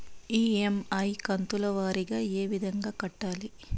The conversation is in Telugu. ఇ.ఎమ్.ఐ కంతుల వారీగా ఏ విధంగా కట్టాలి